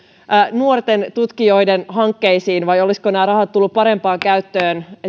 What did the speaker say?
nuorten tutkijoiden hankkeisiin vai olisivatko nämä rahat tulleet parempaan käyttöön esimerkiksi